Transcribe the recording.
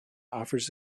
offers